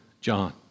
John